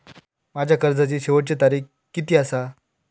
माझ्या कर्जाची शेवटची तारीख किती आसा?